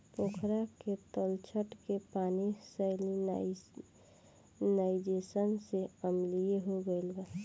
पोखरा के तलछट के पानी सैलिनाइज़ेशन से अम्लीय हो गईल बा